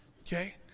Okay